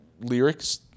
Lyrics